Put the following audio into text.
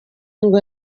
ngo